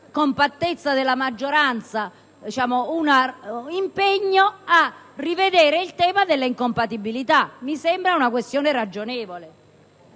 compattezza della maggioranza un impegno a rivedere il tema delle incompatibilità. Mi sembra una questione ragionevole.